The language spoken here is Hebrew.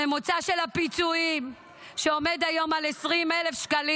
הממוצע של הפיצויים עומד היום על 20,000 שקלים.